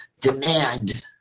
demand